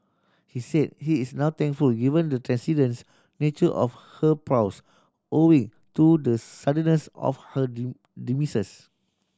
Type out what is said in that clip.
he said he is now thankful given the transcendent's nature of her prose owing to the suddenness of her demise